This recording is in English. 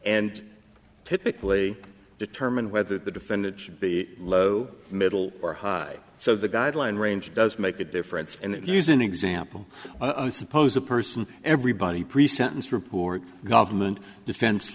and typically determine whether the defendant should be low middle or high so the guideline range does make a difference and if you use an example suppose a person everybody pre sentence report government defen